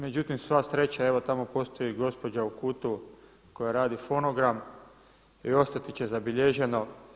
Međutim, sva sreća evo tamo postoji gospođa u kutu koja radi fonogram i ostati će zabilježeno.